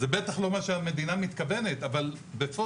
זה בטח לא מה שהמדינה מתכוונת אבל בפועל